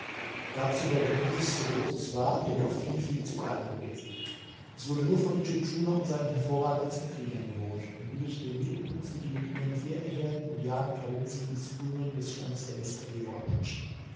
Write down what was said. dazu wäre dieses so groß es war denn doch viel viel zu klein gewesen es wurde nur von intschu tschuna und seinen hervorragendsten kriegern bewohnt und bildete den mittelpunkt für die mit ihren pferdeherden und jagend herumziehenden zugehörigen des stammes der